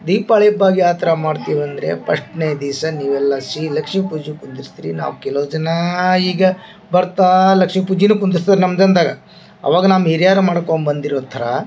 ದೀಪಾವಳಿ ಹಬ್ಬ ಯಾವ ಥರ ಮಾಡ್ತೀವಿ ಅಂದರೆ ಪಸ್ಟ್ನೆ ದಿವಸ ನೀವು ಲಕ್ಸ್ಮಿ ಲಕ್ಷ್ಮೀ ಪೂಜೆ ಕುಂದಿಸ್ತೀರಿ ನಾವು ಕೆಲೊ ಜನ ಈಗ ಬರ್ತಾ ಲಕ್ಷ್ಮೀ ಪೂಜಿನೆ ಕುಂದಿರ್ಸಿ ನಮ್ಮ ಜನ್ದಾಗ ಆವಾಗ ನಮ್ಮ ಹಿರಿಯರು ಮಾಡ್ಕೊಂಡು ಬಂದಿರೋ ಥರ